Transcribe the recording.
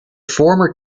former